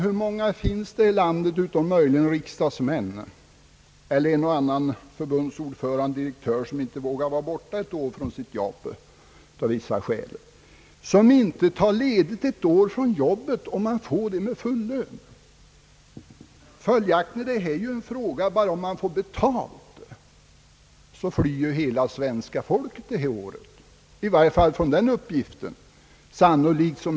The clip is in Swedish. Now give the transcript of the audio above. Hur många finns det här i landet, utom möjligen riksdagsmän, en och annan förbundsordförande eller direktör som av vissa skäl inte vågar vara borta från sitt arbete, som inte tar ut ledighet från arbetet om han kan få sådan med full lön? Följaktligen är detta bara en fråga om betalning. Om man får betalt flyr hela svenska folket från arbetet under ett sabbatsår.